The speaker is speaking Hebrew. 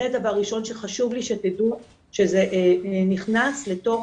זה דבר ראשון שחשוב לי שתדעו שזה נכנס לתוך